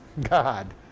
God